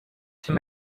too